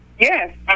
Yes